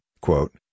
quote